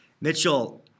Mitchell